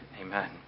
Amen